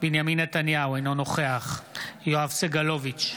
בנימין נתניהו, אינו נוכח יואב סגלוביץ'